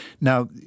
Now